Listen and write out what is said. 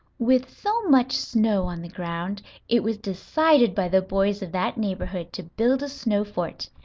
with so much snow on the ground it was decided by the boys of that neighborhood to build a snow fort,